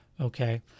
okay